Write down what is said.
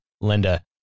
Linda